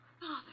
Father